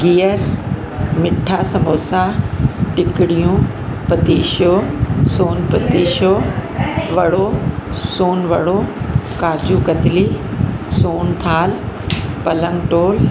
गिहरु मिठा संबोसा टिकड़ियूं पतीशो सोन पतीशो वड़ो सोन वड़ो काजू कतली सोन थाल पलंग टोल